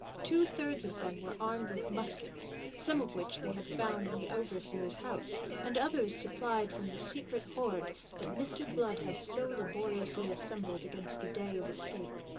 two thirds of them were armed with muskets, some of which they had found in the overseer's house, and others supplied from the secret hoard that mr. blood had so laboriously assembled against the day of escape.